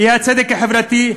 האי-צדק החברתי,